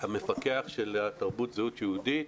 המפקח של התרבות זהות יהודית,